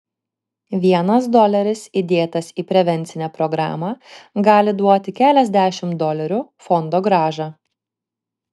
vienas doleris įdėtas į prevencinę programą gali duoti keliasdešimt dolerių fondogrąžą